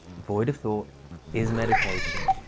void of thought is meditation.